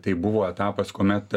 tai buvo etapas kuomet